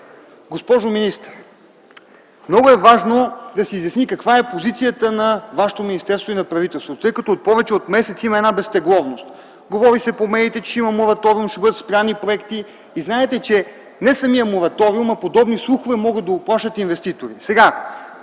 Госпожо министър, много е важно да се изясни каква е позицията на вашето министерство и на правителството, тъй като повече от месец има една безтегловност. Говори се по медиите, че ще има мораториум, ще бъдат спрени проекти. Извинявайте, но не самият мораториум, а подобни слухове могат да уплашат инвеститорите.